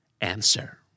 Answer